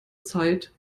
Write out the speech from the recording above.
zeit